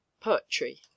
Poetry